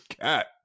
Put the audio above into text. cat